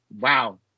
Wow